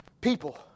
People